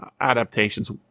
adaptations